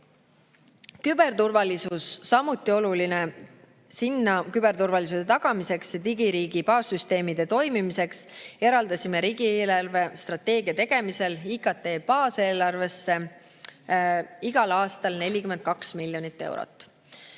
Küberturvalisus on samuti oluline. Küberturvalisuse tagamiseks ja digiriigi baassüsteemide toimimiseks oleme riigi eelarvestrateegia tegemisel eraldanud IKT baaseelarvesse igaks aastaks 42 miljonit eurot.